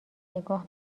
نگاه